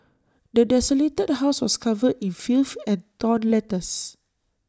the desolated house was covered in filth and torn letters